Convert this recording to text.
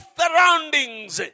surroundings